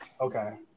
Okay